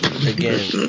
Again